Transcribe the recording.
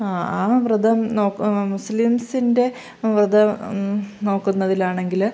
ആ ആ വ്രതം നോക്കു മുസ്ലിംസിൻ്റെ വ്രതം നോക്കുന്നതിലാണെങ്കിൽ